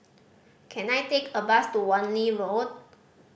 can I take a bus to Wan Lee Road